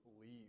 leave